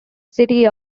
city